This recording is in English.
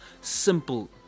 simple